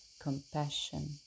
compassion